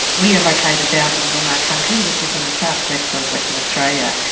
we are located down in noongar country which is in the southwest of western australia,